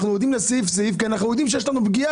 אנחנו יורדים לסעיף סעיף כי אנחנו יודעים שיש בנו פגיעה